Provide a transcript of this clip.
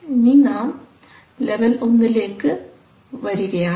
ഇനി നാം ലെവൽ 1 ലേക്ക് വരികയാണ്